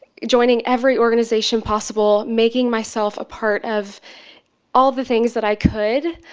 joining every organization possible, making myself a part of all the things that i could.